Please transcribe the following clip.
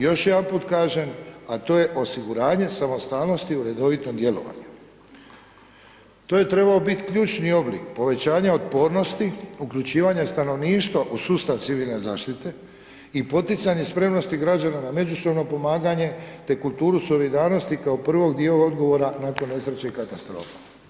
Još jedanput kažem, a to je osiguranje samostalnosti u redovitom djelovanju, to je trebao biti ključni oblik povećanja otpornosti, uključivanja stanovništva u sustav civilne zaštite i poticanje spremnosti građana na međusobno pomaganje te kulturu solidarnosti kao prvog dio odgovora nakon nesreće i katastrofa.